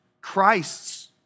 Christ's